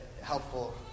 helpful